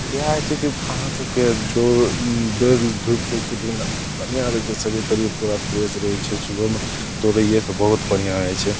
तऽ इएह होइ छै कि अहाँ सभकेँ दौड़ दौड़धुपि लै छै तऽ कनिके बढ़िआँ रहै छै शरीर तरीर पूरा फ्रेश रहै छै सुबहमे दौड़ैएसे बहुत बढ़िआँ होइ छै